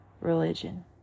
religion